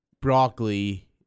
broccoli